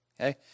Okay